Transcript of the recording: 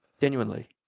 Genuinely